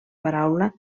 paraula